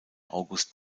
august